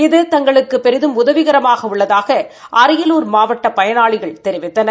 இது தங்களுக்கு பெரிதும் உதவிகரமாக உள்ளதாக அரியலூர் மாவட்ட பயனாளிகள் தெரிவித்தனர்